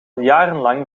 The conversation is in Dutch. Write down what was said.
jarenlang